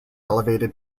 elevated